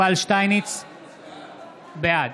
בעד